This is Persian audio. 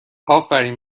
آفرین